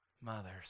Mothers